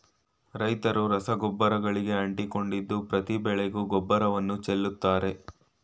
ರೈತ್ರು ರಸಗೊಬ್ಬರಗಳಿಗೆ ಅಂಟಿಕೊಂಡಿದ್ದು ಪ್ರತಿ ಬೆಳೆಗೂ ಗೊಬ್ಬರವನ್ನು ಚೆಲ್ಲುತ್ತಾರೆ